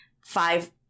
five